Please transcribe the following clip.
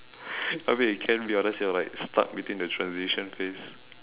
you are like stuck between the transition phase